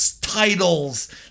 titles